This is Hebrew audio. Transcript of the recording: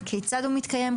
כיצד הוא מתקיים.